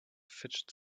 fidget